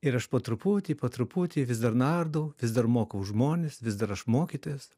ir aš po truputį po truputį vis dar nardau vis dar mokau žmones vis dar aš mokytojas